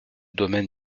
domaine